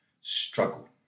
struggle